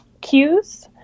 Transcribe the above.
cues